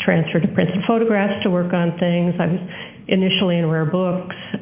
transferred to prints and photographs to work on things. i was initially in books.